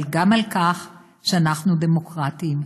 אבל גם על כך שאנחנו דמוקרטים.